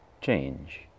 change